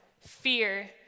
fear